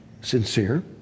sincere